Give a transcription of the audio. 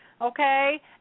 okay